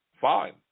fine